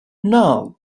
null